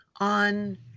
on